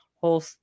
whole